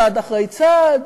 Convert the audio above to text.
צעד אחרי צעד,